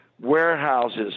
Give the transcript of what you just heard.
warehouses